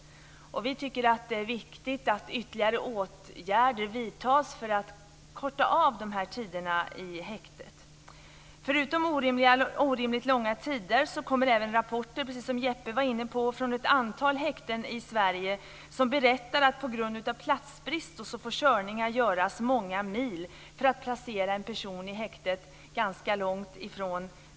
Vi tycker att det är viktigt att ytterligare åtgärder vidtas för att korta tiderna i häktet. Förutom orimligt långa tider i häktet kommer även rapporter, precis som Jeppe Johnsson var inne på, från ett antal häkten i Sverige i vilka det berättas att man på grund av platsbrist får göra körningar många mil för att placera en person i häktet.